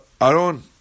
Aaron